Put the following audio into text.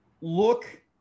Look